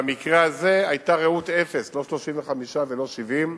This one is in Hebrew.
במקרה הזה היתה ראות אפס, לא 35 ולא 70,